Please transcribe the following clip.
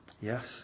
yes